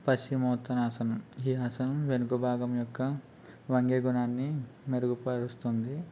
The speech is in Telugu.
పశ్చిమ ఉత్తనాసనం ఈ ఆసనం వెనుక భాగం యొక్క వంగే గుణాన్ని మెరుగుపరుస్తుంది